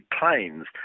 planes